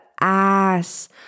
ass